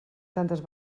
tantes